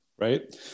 right